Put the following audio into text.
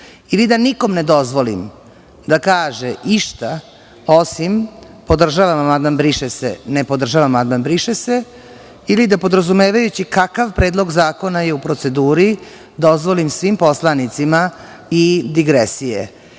ili da nikom ne dozvolim da kaže išta osim "podržavam amandman briše se", "ne podržavam amandman briše se", ili da podrazumevajući kakav predlog zakona je u proceduri, dozvolim svim poslanicima i digresije. Da